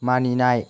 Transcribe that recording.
मानिनाय